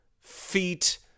feet